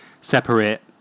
separate